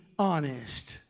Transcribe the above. honest